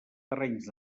terrenys